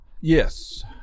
Yes